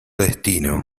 destino